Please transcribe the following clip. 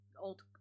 old